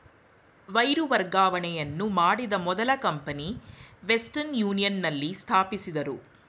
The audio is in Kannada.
ವೈರು ವರ್ಗಾವಣೆಯನ್ನು ಮಾಡಿದ ಮೊದಲ ಕಂಪನಿ ವೆಸ್ಟರ್ನ್ ಯೂನಿಯನ್ ನಲ್ಲಿ ಸ್ಥಾಪಿಸಿದ್ದ್ರು